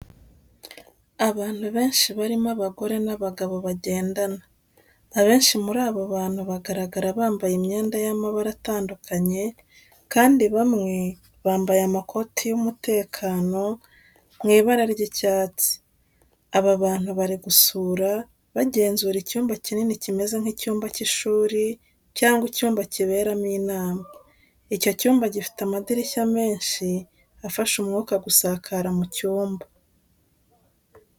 Abantu benshi barimo abagore n'abagabo bagendana. Abenshi muri abo bantu bagaragara bambaye imyenda y'amabara atandukanye, kandi bamwe bambaye amakoti y'umutekano mu ibara ry'icyatsi. Aba bantu bari gusura, bagenzura icyumba kinini kimeze nk'icyumba cy'ishuri cyangwa icyumba kiberamo inama. Icyo cyumba gifite amadirishya menshi afasha umwuka gusakara mu cyumba.